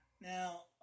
now